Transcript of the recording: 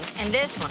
and this